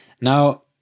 Now